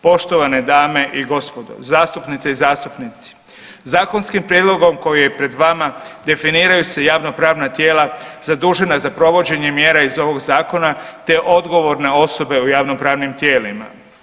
Poštovane dame i gospodo, zastupnice i zastupnici, zakonskim prijedlogom koji je pred vama definiraju se javnopravna tijela zadužena za provođenje mjera iz ovog zakona, te odgovorne osobe u javnopravnim tijelima.